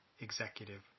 executive